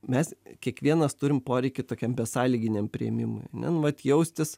mes kiekvienas turim poreikį tokiam besąlyginiam priėmimui vat jaustis